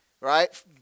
Right